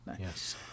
Yes